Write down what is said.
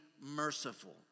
merciful